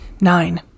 Nine